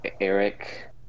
Eric